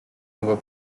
nouveau